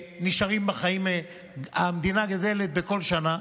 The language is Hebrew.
שנשארים בחיים, והמדינה גדלה בכל שנה,